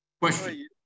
Question